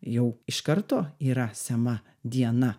jau iš karto yra sema diena